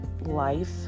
life